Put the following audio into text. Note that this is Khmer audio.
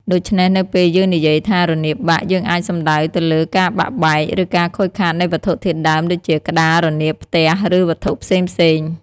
ដូច្នេះ នៅពេលយើងនិយាយថា រនាបបាក់ យើងអាចសំដៅទៅលើ ការបាក់បែក ឬការខូចខាតនៃវត្ថុធាតុដើម ដូចជា ក្តារ រនាបផ្ទះ ឬវត្ថុផ្សេងៗ។